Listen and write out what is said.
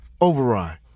override